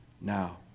Now